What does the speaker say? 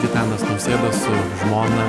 gitanas nausėda su žmona